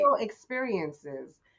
experiences